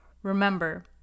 Remember